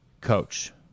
Coach